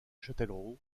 châtellerault